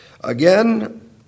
Again